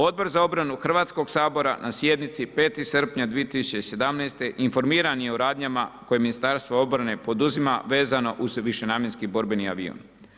Odbor za obranu Hrvatskog sabora na sjednici 5. srpnja 2017. informiran je o radnjama koje Ministarstvo obrane poduzima vezano uz višenamjenski borbeni avion.